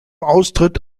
austritt